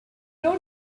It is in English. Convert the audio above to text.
rode